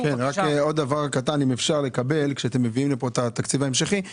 עוד דבר קטן שאפשר לקבל כשאתם מביאים לפה את התקציב ההמשכי זה